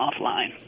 offline